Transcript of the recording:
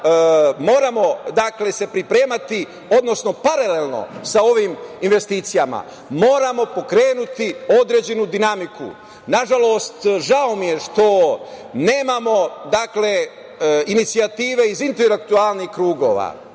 moramo se pripremati, odnosno paralelno sa ovim investicijama, moramo pokrenuti određenu dinamiku. Nažalost, žao mi je što nemamo inicijative iz intelektualnih krugova.